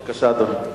בבקשה, אדוני.